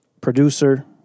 producer